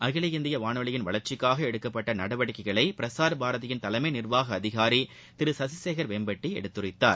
அகில இந்திய வானொலியின் வளர்ச்சிக்காக எடுக்கப்பட்ட நடவடிக்கைகளை பிரஸாா் பாரதியின் தலைமை நிர்வாக அதிகாரி திரு சசிசேகர் வேம்பட்டி எடுத்துரைத்துள்ளார்